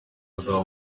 azaba